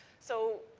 so,